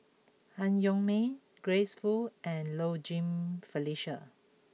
Han Yong May Grace Fu and Low Jimenez Felicia